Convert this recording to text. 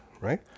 Right